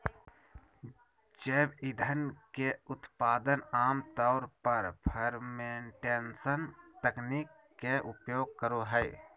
जैव ईंधन के उत्पादन आम तौर पर फ़र्मेंटेशन तकनीक के प्रयोग करो हइ